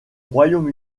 royaume